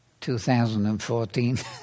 2014